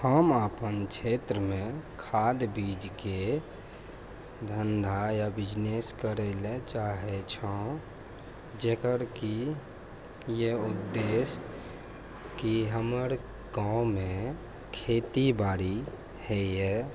हम अपन क्षेत्रमे खाद बीजके धन्धा या बिजनेस करै लअ चाहै छौं जेकर की कियो उद्देश्य की हमर गाँवमे खेतीबाड़ी होइ यऽ